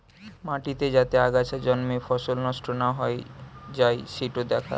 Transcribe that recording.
মাটিতে যাতে আগাছা জন্মে ফসল নষ্ট না হৈ যাই সিটো দ্যাখা